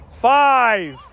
Five